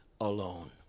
alone